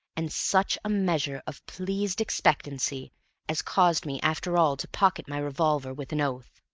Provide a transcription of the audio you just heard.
and such a measure of pleased expectancy as caused me after all to pocket my revolver with an oath.